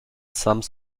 some